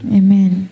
amen